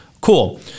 Cool